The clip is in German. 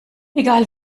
egal